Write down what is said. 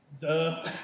duh